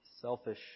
Selfish